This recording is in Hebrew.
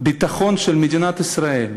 שהביטחון של מדינת ישראל,